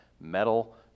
metal